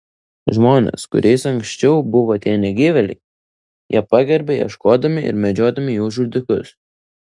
žmones kuriais anksčiau buvo tie negyvėliai jie pagerbia ieškodami ir medžiodami jų žudikus